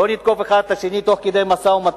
לא נתקוף אחד את השני תוך כדי משא-ומתן